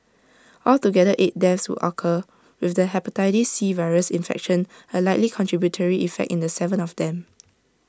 altogether eight deaths would occur with the Hepatitis C virus infection A likely contributory factor in Seven of them